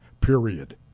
period